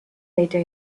later